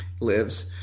lives